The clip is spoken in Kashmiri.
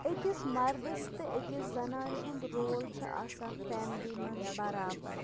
أکِس مَردَس تہٕ أکِس زَنانہِ ہُنٛد رول چھِ آسان فیملی منٛز بَرابر